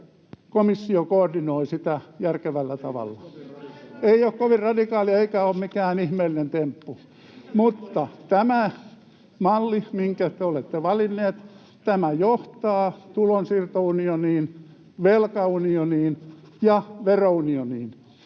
ei ole kovin radikaalia!] — Ei ole kovin radikaalia, eikä ole mikään ihmeellinen temppu. Mutta tämä malli, minkä te olette valinneet, johtaa tulonsiirtounioniin, velkaunioniin ja verounioniin.